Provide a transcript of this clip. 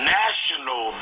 national